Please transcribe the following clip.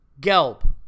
Gelb